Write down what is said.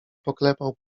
poklepał